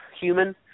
human